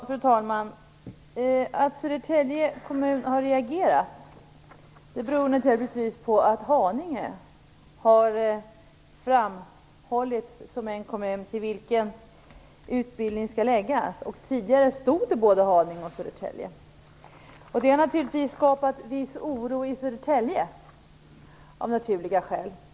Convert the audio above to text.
Fru talman! Att Södertälje kommun har reagerat beror naturligtvis på att Haninge har framhållits som en kommun till vilken utbildning skall förläggas. Tidigare stod det både Haninge och Södertälje. Det har skapat viss oro i Södertälje av naturliga skäl.